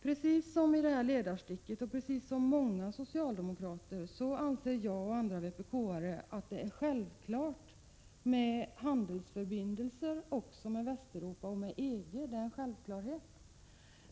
Precis som man anser i detta ledarstick och i likhet med många socialdemokrater anser jag och andra vpk-are att Sverige naturligtvis skall ha handelsförbindelser också med Västeuropa och EG - det är en självklarhet.